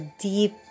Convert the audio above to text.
deep